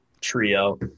trio